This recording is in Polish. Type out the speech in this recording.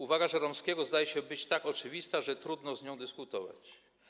Uwaga Żeromskiego wydaje się tak oczywista, że trudno z nią dyskutować.